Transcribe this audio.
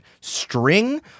string